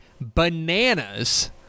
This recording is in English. bananas